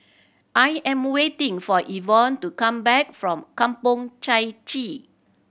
I am waiting for Yvonne to come back from Kampong Chai Chee